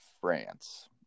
France